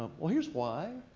um well, here's why.